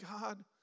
God